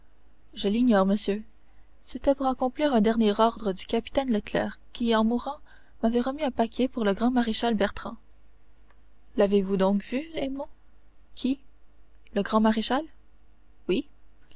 je l'ignore monsieur c'était pour accomplir un dernier ordre du capitaine leclère qui en mourant m'avait remis un paquet pour le grand maréchal bertrand l'avez-vous donc vu edmond qui le grand maréchal oui